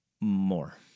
more